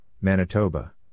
Manitoba